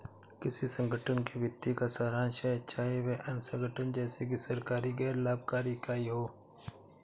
किसी संगठन के वित्तीय का सारांश है चाहे वह अन्य संगठन जैसे कि सरकारी गैर लाभकारी इकाई हो